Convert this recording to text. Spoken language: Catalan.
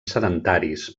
sedentaris